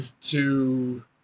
to-